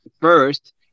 first